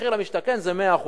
מחיר למשתכן זה 100%,